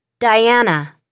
diana